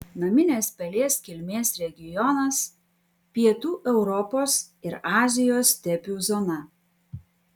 naminės pelės kilmės regionas pietų europos ir azijos stepių zona